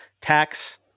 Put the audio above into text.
tax